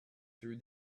through